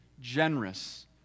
generous